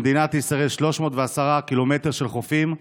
במדינת ישראל יש 310 קילומטר של חופים,